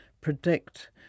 predict